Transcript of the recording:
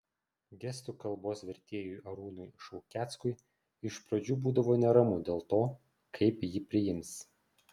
gestų kalbos vertėjui arūnui šaukeckui iš pradžių būdavo neramu dėl to kaip jį priims